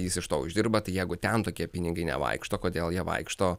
jis iš to uždirba tai jeigu ten tokie pinigai nevaikšto kodėl jie vaikšto